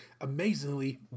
amazingly